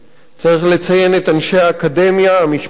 צריך לציין את אנשי האקדמיה המשפטית